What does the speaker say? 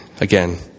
again